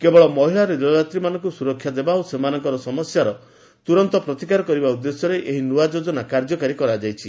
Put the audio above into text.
କେବଳ ମହିଳା ରେଳଯାତ୍ରୀମାନଙ୍କୁ ସ୍ୱରକ୍ଷା ଦେବା ଓ ସେମାନଙ୍କର ସମସ୍ୟାର ତୁରନ୍ତ ପ୍ରତିକାର କରିବା ଉଦ୍ଦେଶ୍ୟରେ ଏହି ନୂଆ ଯୋଜନା କାର୍ଯ୍ୟକାରୀ କରାଯାଇଛି